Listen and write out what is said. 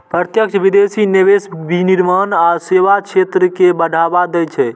प्रत्यक्ष विदेशी निवेश विनिर्माण आ सेवा क्षेत्र कें बढ़ावा दै छै